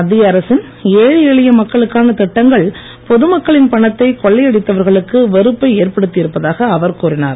மத்திய அரசின் ஏழை எளிய மக்களுக்கான திட்டங்கள் பொது மக்களின் பணத்தை கொள்ளையடித்தவர்களுக்கு வெறுப்பை ஏற்படுத்தி இருப்பதாக அவர் கூறினார்